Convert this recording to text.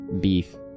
beef